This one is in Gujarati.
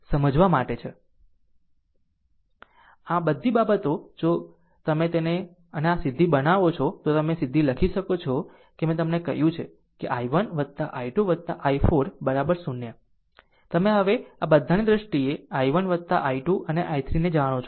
આમ આ બધી બાબતો જો તમે તેને અને આ સીધી બનાવો છો તો તમે લખી શકો છો મેં તમને કહ્યું છે i1 i2 i4 0 તમે હવે આ બધાની દ્રષ્ટિએ i1 i2 અને i3 ને જાણો છો